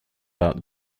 out